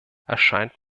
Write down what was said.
erscheint